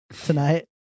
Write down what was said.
tonight